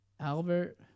Albert